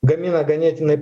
gamina ganėtinai